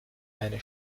eine